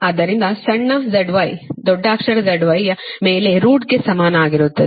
ಆದ್ದರಿಂದ ಸಣ್ಣ z y ದೊಡ್ಡ ಅಕ್ಷರ ZY ಯ ಮೇಲೆ ರೂಟ್ಗೆ ಸಮಾನವಾಗಿರುತ್ತದೆ